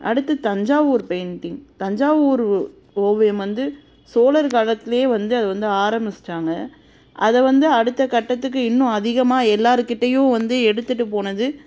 அடுத்து தஞ்சாவூர் பெயிண்டிங் தஞ்சாவூர் ஒ ஓவியம் வந்து சோழர் காலத்துலேயே வந்து அது வந்து ஆரம்பிச்சுட்டாங்க அதை வந்து அடுத்த கட்டத்துக்கு இன்னும் அதிகமாக எல்லோர்கிட்டேயும் வந்து எடுத்துகிட்டுப் போனது